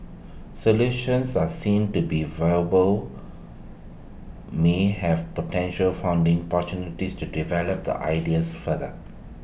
solutions are seen to be viable may have potential funding opportunities to develop the ideas further